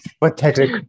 Pathetic